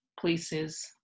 places